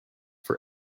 for